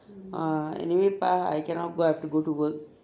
uh anyway pa I cannot go I have to go to work